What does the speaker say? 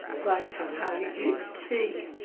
advice on how you gave a tea.